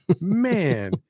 Man